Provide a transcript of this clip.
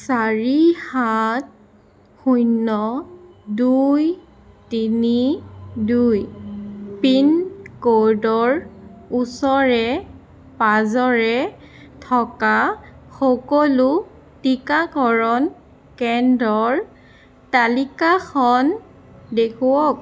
চাৰি সাত শূন্য দুই তিনি দুই পিনক'ডৰ ওচৰে পাঁজৰে থকা সকলো টীকাকৰণ কেন্দ্ৰৰ তালিকাখন দেখুৱাওক